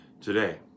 today